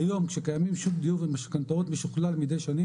כיום כשקיימים שוק דיור ומשכנתאות משוקלל מדי שנים